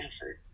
effort